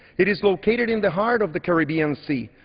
it is located in the heart of the caribbean sea,